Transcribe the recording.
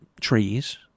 trees